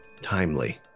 Timely